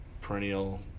perennial